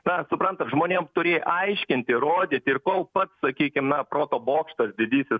tą suprantat žmonėm turi aiškinti ir rodyti ir kol pats sakykim na proto bokštas didysis